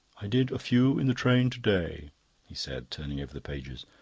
i did a few in the train to-day, he said, turning over the pages.